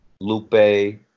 Lupe